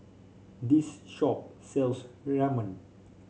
this shop sells Ramen